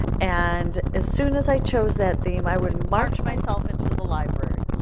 and as soon as i chose that theme, i would and march myself into the library.